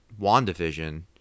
wandavision